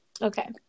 Okay